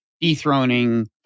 dethroning